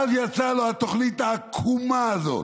ואז יצאה לו התוכנית העקומה הזאת,